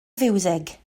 fiwsig